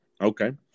Okay